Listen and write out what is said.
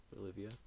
Olivia